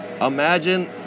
Imagine